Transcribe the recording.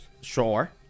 Sure